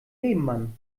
nebenmann